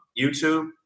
YouTube